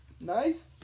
nice